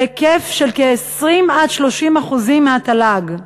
להיקף של 20% 30% מהתל"ג.